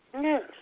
Yes